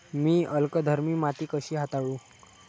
मी अल्कधर्मी माती कशी हाताळू?